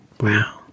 wow